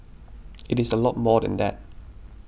it is a lot more than that